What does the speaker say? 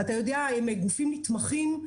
אתה יודע שהם גופים נתמכים.